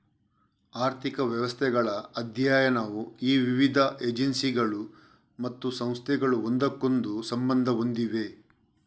ಆರ್ಥಿಕ ವ್ಯವಸ್ಥೆಗಳ ಅಧ್ಯಯನವು ಈ ವಿವಿಧ ಏಜೆನ್ಸಿಗಳು ಮತ್ತು ಸಂಸ್ಥೆಗಳು ಒಂದಕ್ಕೊಂದು ಸಂಬಂಧ ಹೊಂದಿವೆ